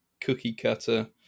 cookie-cutter